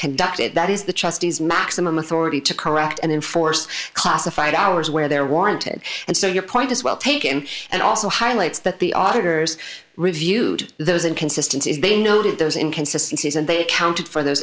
conducted that is the trustees maximum authority to correct and in force classified hours where they're warranted and so your point is well taken and also highlights that the auditors reviewed those inconsistences they noted those inconsistences and they accounted for those